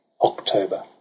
October